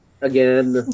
again